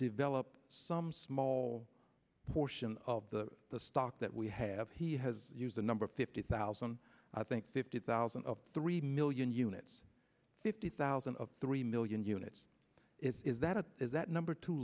develop some small portion of the the stock that we have he has used a number of fifty thousand i think fifty thousand of three million units fifty thousand of three million units is that a is that number t